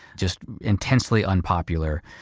just intensely unpopular.